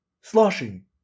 sloshing